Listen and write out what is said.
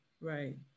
right